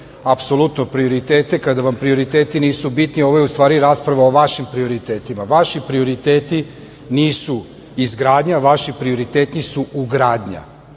apsolutno prioritete, kada vam prioriteti nisu bitni, ovo je u stvari rasprava o vašim prioritetima. Vaši prioriteti nisu izgradnja, vaši prioriteti su ugradnja.